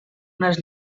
unes